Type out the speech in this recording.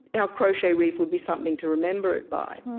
our crochet reef would be something to remember it by.